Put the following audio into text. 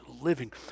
living